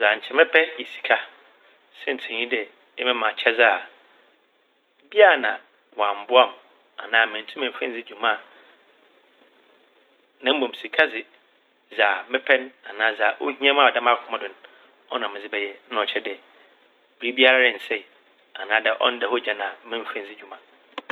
Dza nkyɛ mɛpɛ yɛ sika. Siantsir nye dɛ ema m' akyɛdze a ebi a na ɔammboa m' anaa menntum emmfa nndzi dwuma na mbom sika dze dza mepɛ n' anaa dza ohia m' a ɔda m'akoma do ɔno na medze bɛyɛ. Na ɔkyerɛ dɛ biribiara nnsɛe anaa ɔnnda hɔ gyan memmfa nndzi dwuma.